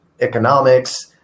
economics